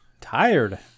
tired